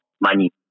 money